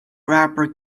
wrapper